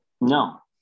No